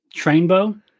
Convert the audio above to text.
trainbow